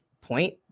point